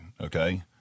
Okay